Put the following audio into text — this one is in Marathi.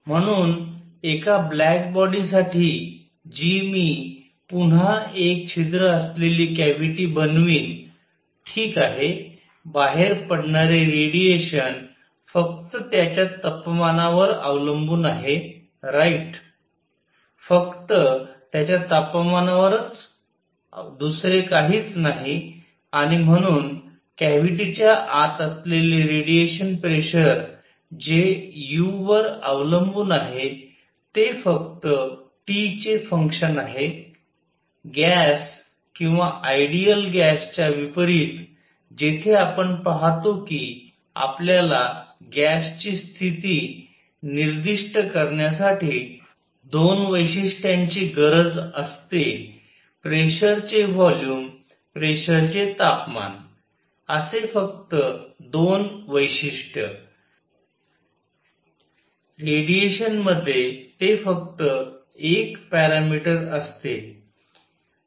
म्हणून एका ब्लॅक बॉडी साठी जी मी पुन्हा एक छिद्र असलेली कॅव्हिटी बनवीन ठीक आहे बाहेर पडणारे रेडिएशन फक्त त्याच्या तपमानावर अवलंबून आहे राईट फक्त त्याच्या तपमानावरच दुसरे काहीच नाही आणि म्हणून कॅव्हिटीच्या आत असलेले रेडिएशन प्रेशर जे u वर अवलंबून आहे ते फक्त T चे फंक्शन आहे गॅस किंवा आयडियल गॅसच्या विपरीत जेथे आपण पाहतो की आपल्याला गॅसची स्थिती निर्दिष्ट करण्यासाठी 2 वैशिष्ट्यांची गरज असते प्रेशर चे व्हॉल्युम प्रेशर चे तापमान असे फक्त 2 वैशिष्ट्य रेडिएशनमध्ये ते फक्त एक पॅरामीटर असते